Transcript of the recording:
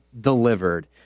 delivered